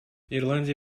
ирландия